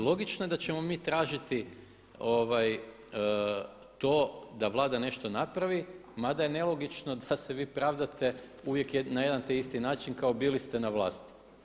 Logično je da ćemo mi tražiti to da Vlada nešto napravi, mada je nelogično da se vi pravdate uvijek na jedan te isti način kao bili ste na vlasti.